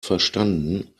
verstanden